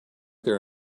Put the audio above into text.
their